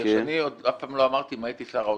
משום שאני אף פעם לא אמרתי 'אם הייתי שר האוצר',